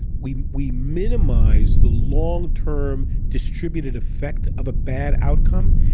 we we minimize the long term distributed effect of a bad outcome,